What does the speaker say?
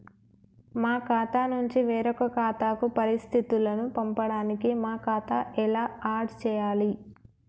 మా ఖాతా నుంచి వేరొక ఖాతాకు పరిస్థితులను పంపడానికి మా ఖాతా ఎలా ఆడ్ చేయాలి?